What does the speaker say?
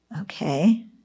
okay